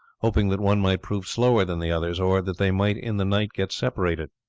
hoping that one might prove slower than the others, or that they might in the night get separated.